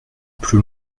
plus